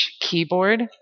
keyboard